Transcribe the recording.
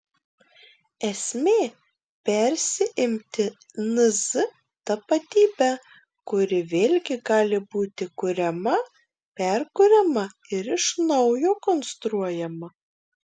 esmė persiimti nz tapatybe kuri vėlgi gali būti kuriama perkuriama ir iš naujo konstruojama